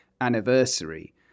anniversary